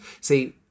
See